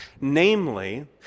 Namely